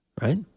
Right